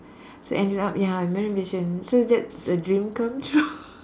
so ended up ya I marry a Malaysian so that's a dream come true